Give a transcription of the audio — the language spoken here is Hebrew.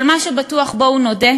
אבל מה שבטוח, בואו נודה,